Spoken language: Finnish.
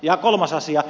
ja kolmas asia